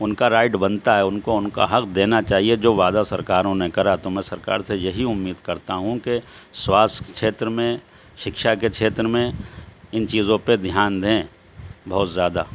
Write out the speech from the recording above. ان کا رائٹ بنتا ہے ان کو ان کا حق دینا چاہیے جو وعدہ سرکاروں نے کرا تو میں سرکار سے یہی امید کرتا ہوں کہ سواستھیہ چھیتر میں شکشا کے چھیتر میں ان چیزوں پہ دھیان دیں بہت زیادہ